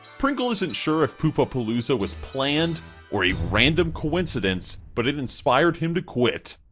pringle isn't sure if poopa-paloza was planned or a random coincidence but it inspired him to quit.